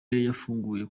yafunguye